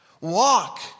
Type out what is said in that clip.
Walk